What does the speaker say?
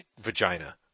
vagina